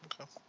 Okay